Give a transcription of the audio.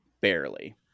barely